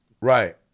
Right